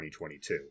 2022